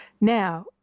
Now